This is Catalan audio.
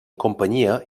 companyia